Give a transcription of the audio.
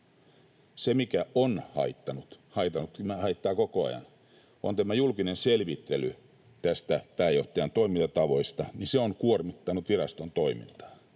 Se, mikä on haitannut, haittaa koko ajan, on tämä julkinen selvittely näistä pääjohtajan toimintatavoista. Se on kuormittanut viraston toimintaa,